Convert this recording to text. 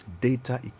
data